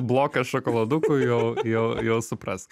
blokas šokoladukų jau jau jau supras